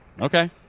Okay